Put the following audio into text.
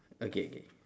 okay okay